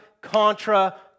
contra